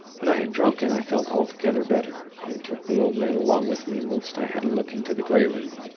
when i had drunk it i felt altogether better, and took the old man along with me whilst i had a look into the grey room.